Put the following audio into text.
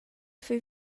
fin